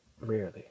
rarely